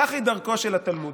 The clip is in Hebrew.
כך דרכו של התלמוד.